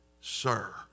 sir